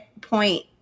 point